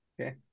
Okay